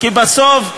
כי בסוף,